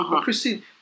Christine